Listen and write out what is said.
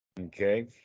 Okay